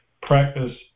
practice